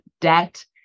debt